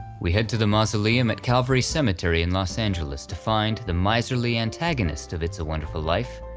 we head to the mausoleum at calvary cemetery in los angeles to find the miserly antagonist of it's a wonderful life.